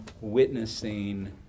witnessing